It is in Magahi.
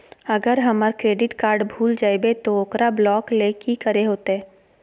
अगर हमर क्रेडिट कार्ड भूल जइबे तो ओकरा ब्लॉक लें कि करे होते?